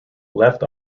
left